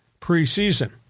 preseason